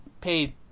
paid